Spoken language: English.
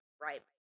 right